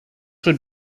would